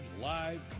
live